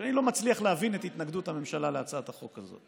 ואני לא מצליח להבין את התנגדות הממשלה להצעת החוק הזאת?